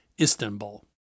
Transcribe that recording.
ISTANBUL